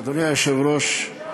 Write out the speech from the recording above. לא יודע